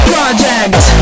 Project